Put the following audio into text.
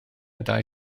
dau